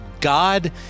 God